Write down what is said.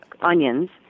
onions